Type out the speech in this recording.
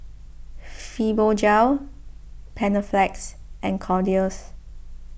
Fibogel Panaflex and Kordel's